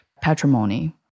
patrimony